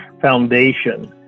Foundation